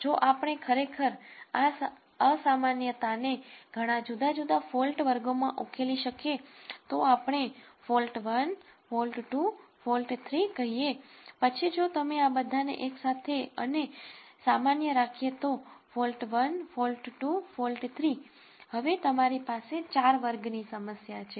જો આપણે ખરેખર આ અસામાન્યતાને ઘણા જુદા જુદા ફોલ્ટ વર્ગોમાં ઉકેલી શકીએ તો આપણે ફોલ્ટ 1 ફોલ્ટ 2 ફોલ્ટ 3 કહીએ પછી જો તમે આ બધાને એક સાથે અને સામાન્ય રાખીએ તો ફોલ્ટ 1 ફોલ્ટ 2 ફોલ્ટ 3 હવે તમારી પાસે 4 વર્ગની સમસ્યા છે